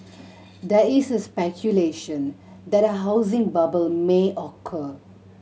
there is a speculation that a housing bubble may occur